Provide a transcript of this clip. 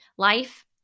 Life